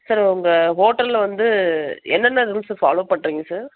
sir உங்கள் ஹோட்டலில் வந்து என்னென்ன ரூல்ஸ்ஸு ஃபாலோ பண்ணுறிங்க சார்